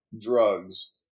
drugs